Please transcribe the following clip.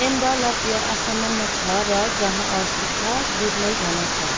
amblyopia असामान्य छ र जहाँ अवस्थित छ विरलै घना छ